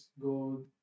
go